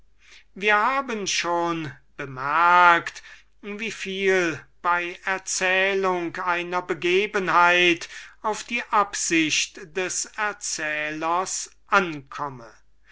wir haben schon bemerkt wie viel es bei erzählung einer begebenheit auf die absicht des erzählers ankomme